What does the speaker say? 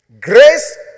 Grace